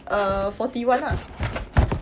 err forty one lah